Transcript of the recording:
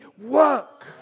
work